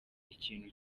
ikintu